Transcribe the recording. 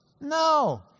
No